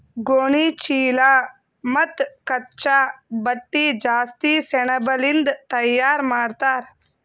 ಗೋಣಿಚೀಲಾ ಮತ್ತ್ ಕಚ್ಚಾ ಬಟ್ಟಿ ಜಾಸ್ತಿ ಸೆಣಬಲಿಂದ್ ತಯಾರ್ ಮಾಡ್ತರ್